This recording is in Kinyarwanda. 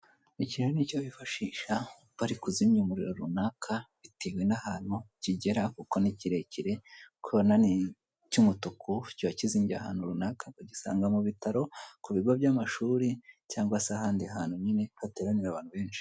Abagabo babiri bambaye amasoti y'icyatsi kibisi yanditseho vuba bambaye kandi n'amakasike mu mutwe biragaragara neza cyane ko ari abamotari hanyuma kandi biragaragara ko akaboko kabo ko bafashe ku gikapu cy'icyatsi kibisi cyanditseho vuba, icyo gikapu giteretse kuri moto biragaragara cyane ko aribo bifashishwa, muku kujyana ibicuruzwa biba byaguzwe n'abaturage batandukanye babigeze aho bari.